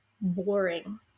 Boring